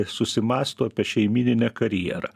susimąsto apie šeimyninę karjerą